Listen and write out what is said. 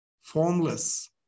formless